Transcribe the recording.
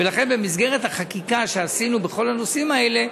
ולכן במסגרת החקיקה שעשינו בכל הנושאים האלה,